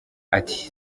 ati